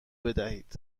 بدهید